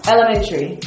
Elementary